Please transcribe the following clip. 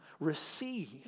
receive